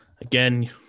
Again